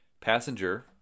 passenger